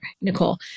Nicole